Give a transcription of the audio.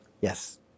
Yes